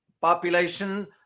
Population